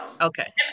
okay